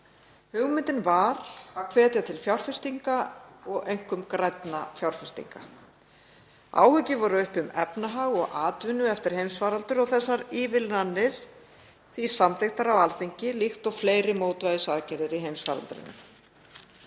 Hugmyndin var að hvetja til fjárfestinga, einkum grænna fjárfestinga. Áhyggjur voru uppi um efnahag og atvinnu eftir heimsfaraldur og þessar ívilnanir því samþykktar á Alþingi líkt og fleiri mótvægisaðgerðir í heimsfaraldrinum.